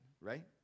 right